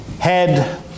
head